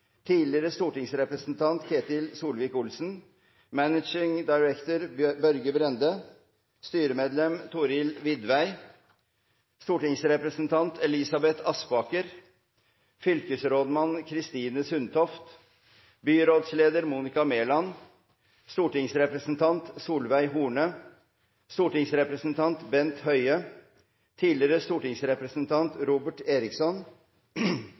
stortingsrepresentant Ketil Solvik-Olsen Managing Director Børge Brende Styremedlem Thorhild Widvey Stortingsrepresentant Elisabeth Aspaker Fylkesrådmann Kristine Sundtoft Byrådsleder Monica Mæland Stortingsrepresentant Solveig Horne Stortingsrepresentant Bent Høie Tidl. stortingsrepresentant Robert Eriksson